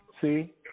See